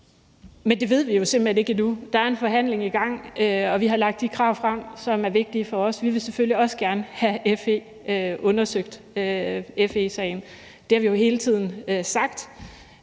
men det ved vi simpelt hen ikke endnu. Der er en forhandling i gang, og vi har lagt de krav frem, som er vigtige for os. Vi vil selvfølgelig også gerne have FE-sagen undersøgt, og det har vi jo hele tiden sagt.